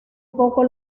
poco